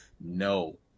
No